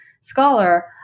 scholar